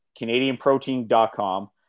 Canadianprotein.com